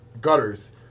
gutters